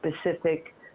specific